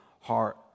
heart